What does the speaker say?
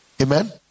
Amen